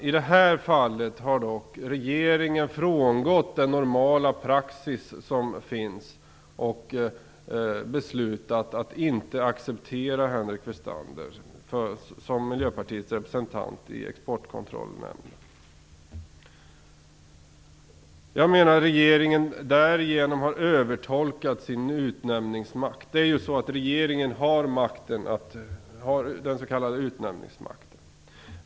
I det här fallet har dock regeringen frångått normal praxis och beslutat att inte acceptera Henrik Westander som Miljöpartiets representant i Exportkontrollrådet. Jag menar att regeringen därigenom har övertolkat sin utnämningsmakt. Regeringen har den s.k. utnämningsmakten.